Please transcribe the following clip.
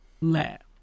lab